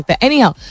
Anyhow